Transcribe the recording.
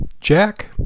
Jack